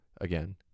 again